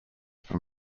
from